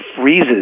freezes